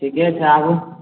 ठीके छै आबू